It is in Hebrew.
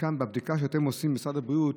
כאן, בבדיקה שאתם עושים, משרד הבריאות,